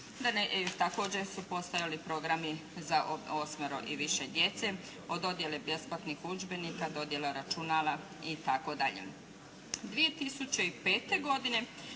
od 70%. Također su postojali programi za osmero i više djece od dodjele besplatnih udžbenika, dodjele računala itd. 2005. godine